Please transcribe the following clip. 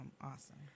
awesome